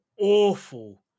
awful